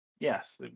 Yes